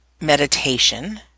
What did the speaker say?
meditation